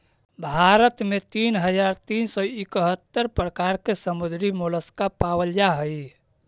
भारत में तीन हज़ार तीन सौ इकहत्तर प्रकार के समुद्री मोलस्का पाबल जा हई